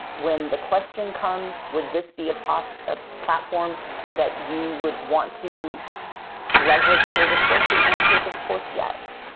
when the question comes, would this be a ah platform that you would want to leverage for this work? the answer is of course yes.